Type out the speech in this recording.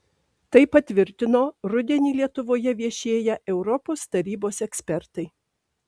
tai patvirtino rudenį lietuvoje viešėję europos tarybos ekspertai